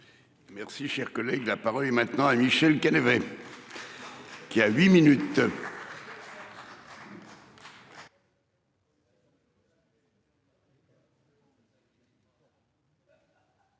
Merci, cher collègue, la parole est maintenant à Michel Calvet. Qui a huit minutes.